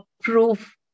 proof